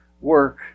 work